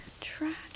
Tragic